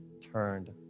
turned